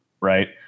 right